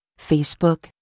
Facebook